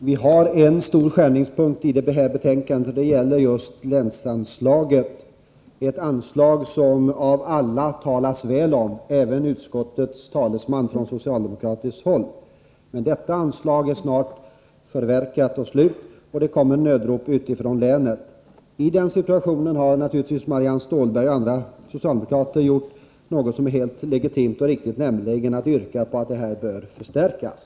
Fru talman! Det finns en väsentlig skärningspunkt i fråga om det här betänkandet. Det gäller just länsanslaget— ett anslag som av alla talas väl om, även av socialdemokraternas talesman i utskottet. Men detta anslag är snart förverkat, och det kommer nödrop från olika håll. I den situationen har Marianne Stålberg och andra socialdemokrater gjort något som, naturligtvis, är helt legitimt och riktigt. Man har nämligen yrkat på en förstärkning.